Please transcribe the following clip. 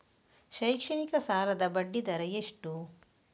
ಶೈಕ್ಷಣಿಕ ಸಾಲದ ಬಡ್ಡಿ ದರ ಎಷ್ಟು?